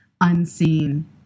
unseen